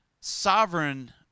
sovereign